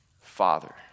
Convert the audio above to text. Father